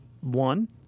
One